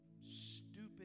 stupid